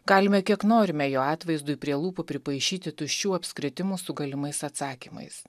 galime kiek norime jo atvaizdui prie lūpų pripaišyti tuščių apskritimų su galimais atsakymais